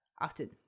often